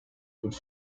would